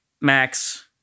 Max